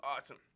Awesome